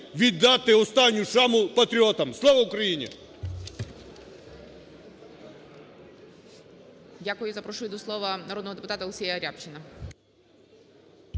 віддати останню шану патріотам. Слава Україні!